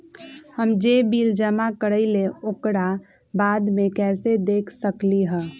हम जे बिल जमा करईले ओकरा बाद में कैसे देख सकलि ह?